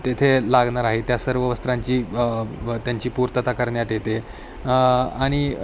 तेथे लागणार आहे त्या सर्व वस्त्रांची त्यांची पूर्तता करण्यात येते आणि